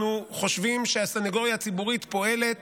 אנחנו חושבים שהסנגוריה הציבורית פועלת